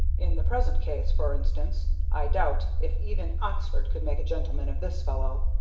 in the present case, for instance, i doubt if even oxford could make a gentleman of this fellow.